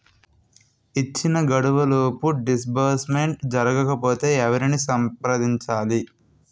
ఇచ్చిన గడువులోపు డిస్బర్స్మెంట్ జరగకపోతే ఎవరిని సంప్రదించాలి?